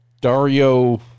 Dario